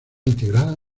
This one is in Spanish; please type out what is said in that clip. integrada